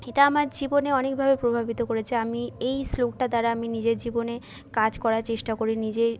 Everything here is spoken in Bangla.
এটা আমার জীবনে অনেকভাবে প্রভাবিত করেছে আমি এই শ্লোকটার দাড়া আমি নিজের জীবনে কাজ করার চেষ্টা করে নিজেই